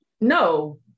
no